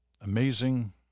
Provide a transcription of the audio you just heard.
amazing